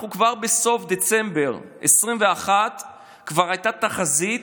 בסוף דצמבר 2021 כבר הייתה תחזית,